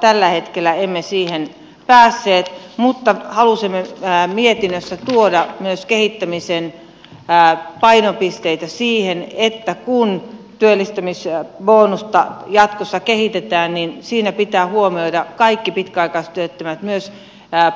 tällä hetkellä emme siihen päässeet mutta halusimme mietinnössä tuoda myös kehittämisen painopisteitä siihen että kun työllistämisbonusta jatkossa kehitetään niin siinä pitää huomioida kaikki pitkäaikaistyöttömät myös